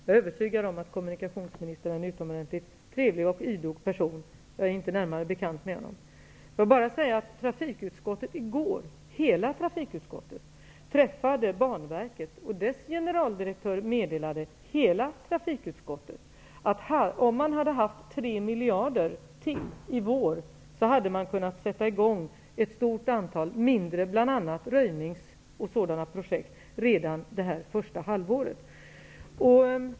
Jag är övertygad om att kommunikationsministern är en utomordentligt trevlig och idog person, men jag är inte närmare bekant med honom. I går träffade hela trafikutskottet Banverket, och dess generaldirektör meddelade hela trafikutskottet att han, om han hade haft tre miljarder till i vår, hade kunnat sätta i gång ett stort antal mindre röjningsarbeten och liknande projekt redan detta första halvår.